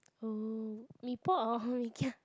oh Mee-Pok or Mee-Kia